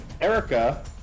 Erica